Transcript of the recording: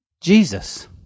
Jesus